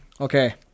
Okay